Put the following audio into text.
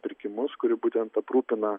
pirkimus kurie būtent aprūpina